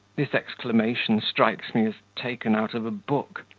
this exclamation strikes me as taken out of a book.